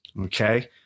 okay